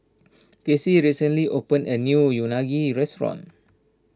Cassie recently opened a new Unagi restaurant